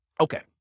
okay